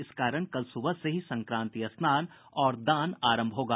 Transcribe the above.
इस कारण कल सुबह से ही संक्रांति स्नान और दान आरंभ होगा